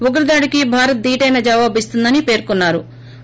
ఉగ్రదాడికి భారత్ ధీటైన జవాబు ఇస్తుందని పేర్కొన్నారు